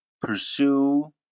pursue